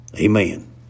Amen